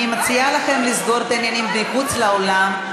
אני מציעה לכם לסגור את העניינים מחוץ לאולם,